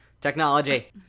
Technology